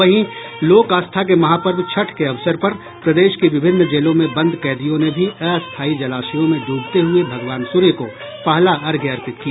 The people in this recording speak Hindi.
वहीं लोक आस्था के महापर्व छठ के अवसर पर प्रदेश की विभिन्न जेलों में बंद कैदियों ने भी अस्थायी जलाशयों में ड्रबते हये भगवान सूर्य को पहला अर्घ्य अर्पित किया